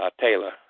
Taylor